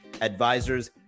advisors